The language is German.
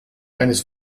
eines